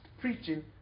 preaching